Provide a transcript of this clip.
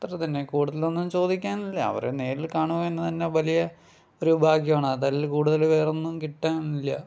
അത്ര തന്നെ കൂടുതലൊന്നും ചോദിക്കാനില്ല അവരെ നേരിൽ കാണുക എന്നത് തന്നെ വലിയ ഒരു ഭാഗ്യമാണ് അതിൽ കൂടുതൽ വേറൊന്നും കിട്ടാനില്ല